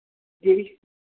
जी